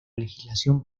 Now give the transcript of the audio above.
legislación